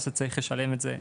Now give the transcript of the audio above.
אז אתה צריך לשלם את זה פעמיים.